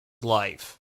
life